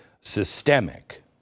systemic